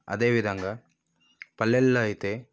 అదేవిధంగా పల్లెల్లో అయితే